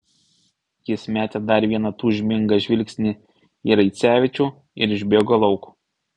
jis metė dar vieną tūžmingą žvilgsnį į raicevičių ir išbėgo lauk